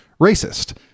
racist